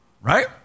right